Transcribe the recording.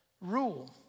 rule